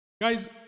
Guys